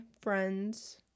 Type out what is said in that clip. friend's